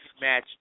match